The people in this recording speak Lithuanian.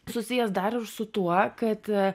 susijęs dar ir su tuo kad